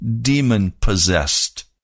demon-possessed